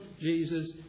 Jesus